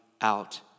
out